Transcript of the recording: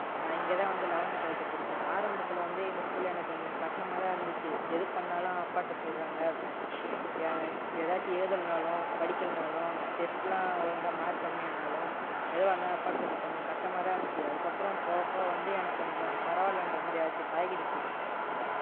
நான் இங்கே தான் வந்து லவன்த்து டுவல்த்து படிச்சேன் ஆரம்பத்தில் வந்து இந்த ஸ்கூல் எனக்கு கொஞ்சம் கஷ்டமாக தான் இருந்துச்சு எது பண்ணாலும் அப்பாகிட்ட சொல்றாங்கள் ஏன் எதாச்சு எழுதனாலும் படிக்கலனாலும் டெஸ்ட்டெல்லாம் ஒழுங்காக மார்க் கம்மி ஆனாலும் எதுவாக இருந்தாலும் அப்பாகிட்ட சொல்லிடுவேன் கொஞ்சம் கஷ்டமாக தான் இருந்துச்சு அதுக்கப்புறம் போக போக வந்து எனக்கு கொஞ்சம் பரவாயில்லன்ற மாதிரி ஆச்சு பழகிடுச்சு